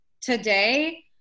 today